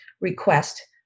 request